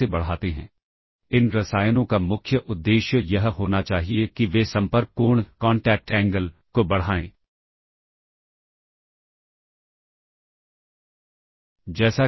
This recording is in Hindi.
मूलतः इस रजिस्टर में एक एकम्युलेटर और स्टेटस वर्ड रजिस्टर होता है